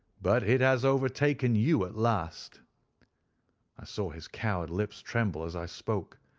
but it has overtaken you at last i saw his coward lips tremble as i spoke.